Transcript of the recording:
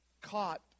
caught